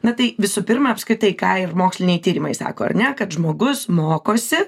na tai visų pirma apskritai ką ir moksliniai tyrimai sako ar ne kad žmogus mokosi